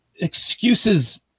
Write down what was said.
excuses